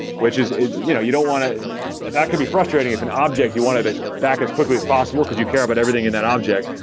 which is is you know you don't want to that could be frustrating if an object you wanted back as quickly as possible, because you care about everything in that object,